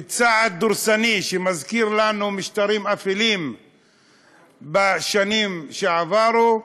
בצעד דורסני שמזכיר לנו משטרים אפלים בשנים שעברו,